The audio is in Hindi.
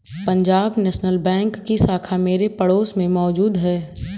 पंजाब नेशनल बैंक की शाखा मेरे पड़ोस में मौजूद है